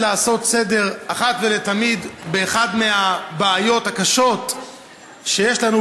לעשות סדר אחת ולתמיד באחת מהבעיות הקשות שיש לנו,